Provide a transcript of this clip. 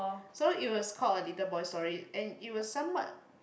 so it was called a little boy's story and it was somewhat